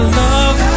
love